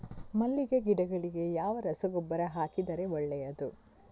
ಮಲ್ಲಿಗೆ ಗಿಡಗಳಿಗೆ ಯಾವ ರಸಗೊಬ್ಬರ ಹಾಕಿದರೆ ಒಳ್ಳೆಯದು?